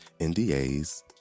NDAs